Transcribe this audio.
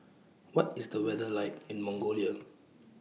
What IS The weather like in Mongolia